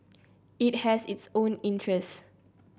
it has its own interests